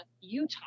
Utah